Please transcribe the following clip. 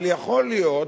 אבל יכול להיות,